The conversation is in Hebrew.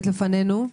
שבפנינו.